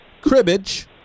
cribbage